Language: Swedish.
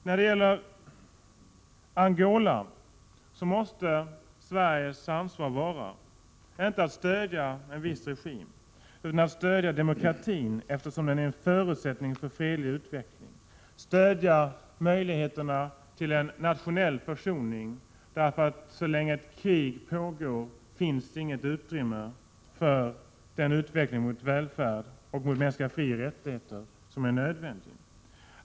När det gäller Angola måste Sveriges ansvar vara, inte att stödja en viss regim, utan att stödja demokratin, eftersom den är förutsättningen för en fredlig utveckling. Sverige måste stödja möjligheterna till en nationell försoning, för så länge ett krig pågår finns inget utrymme för den utveckling mot välfärd och mot mänskliga frioch rättigheter som är nödvändig.